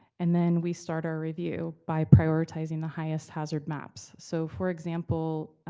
and then we start our review by prioritizing the highest hazard maps. so for example,